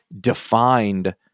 defined